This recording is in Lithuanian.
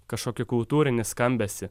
kažkokį kultūrinį skambesį